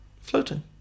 Floating